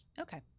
okay